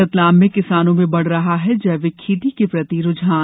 रतलाम में किसानों में बढ़ रहा है जैविक खेती के प्रति रूझान